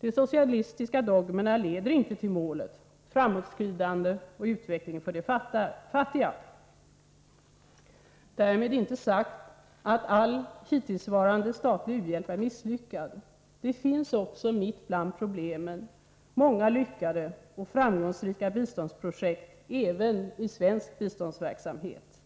De socialistiska dogmerna leder inte till målet: framåtskridande och utveckling för de fattiga. Därmed är inte sagt att all hittillsvarande statlig u-hjälp är misslyckad. Det finns också, mitt bland problemen, många lyckade och framgångsrika biståndsprojekt även i svensk biståndsverksamhet.